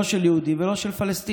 לא של יהודים ולא של פלסטינים.